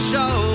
show